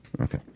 Okay